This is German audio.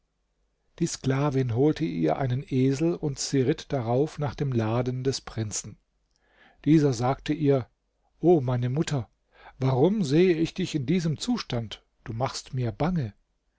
die sklavin holte ihr einen esel und sie ritt darauf nach dem laden des prinzen dieser sagte ihr o meine mutter warum sehe ich dich in diesem zustand du machst mir bange